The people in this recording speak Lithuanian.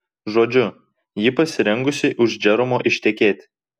žodžiu ji pasirengusi už džeromo ištekėti